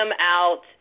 out